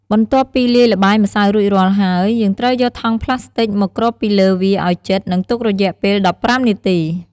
បន្ទាប់ពីលាយល្បាយម្សៅរួចរាល់ហើយ យើងត្រូវយកថង់ប្លាស្ទិចមកគ្របពីលើវាឱ្យជិត និងទុករយៈពេល១៥នាទី។